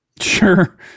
Sure